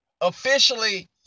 officially